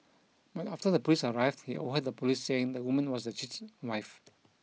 but after the police arrived he overheard the police saying the woman was the cheat's wife